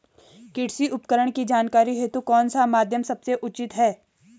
कृषि उपकरण की जानकारी हेतु कौन सा माध्यम सबसे उचित है?